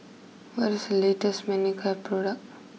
what is the latest Manicare product